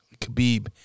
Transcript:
Khabib